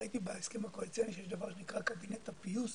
ראיתי בהסכם הקואליציוני שיש דבר שנקרא קבינט הפיוס.